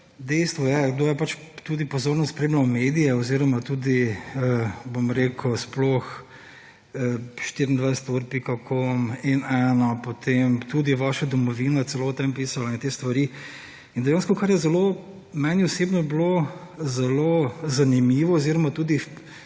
dejstvo je, kdo je pač tudi pozorno spremljal medije oziroma tudi, bom rekel, sploh 24ur.com, N1, potem tudi vaša Domovina je celo o tem pisala in te stvari. In dejstvo, kar je zelo meni osebno bilo zelo zanimivo oziroma tudi